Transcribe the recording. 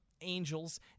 Angels